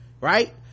right